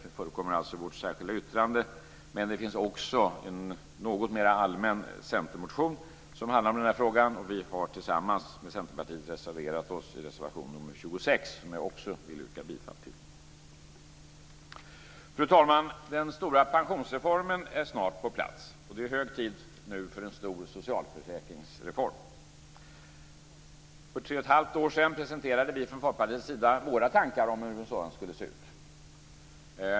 Det förekommer alltså i vårt särskilda yttrande. Men det finns också en något mer allmän centermotion som handlar om den här frågan. Vi har tillsammans med Centerpartiet reserverat oss i reservation 26, som jag också vill yrka bifall till. Fru talman! Den stora pensionsreformen är snart på plats. Nu är det hög tid för en stor socialförsäkringsreform. För tre och ett halvt år sedan presenterade vi från Folkpartiets sida våra tankar om hur en sådan skulle se ut.